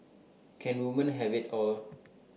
can woman have IT all